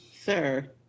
Sir